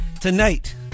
Tonight